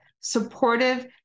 supportive